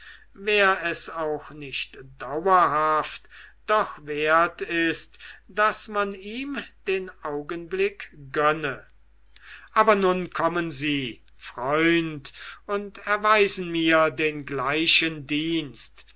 wär es auch nicht dauerhaft doch wert ist daß man ihm den augenblick gönne aber nun kommen sie freund und erweisen mir den gleichen dienst